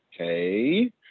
Okay